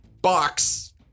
box